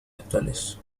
actuales